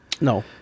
no